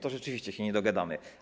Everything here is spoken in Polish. To rzeczywiście się nie dogadamy.